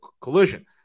collision